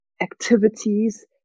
activities